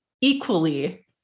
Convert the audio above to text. equally